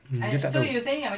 mm dia tak tahu